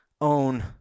own